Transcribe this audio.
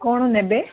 କ'ଣ ନେବେ